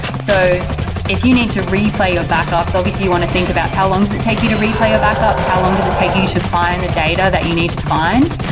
so if you need to replay your backups, obviously you want to think about how long does it take you to replay your backups? how long does it take you you to find the data that you need to find?